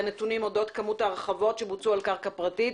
נתונים אודות כמות ההרחבות שבוצעו על קרקע פרטית